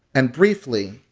and, briefly,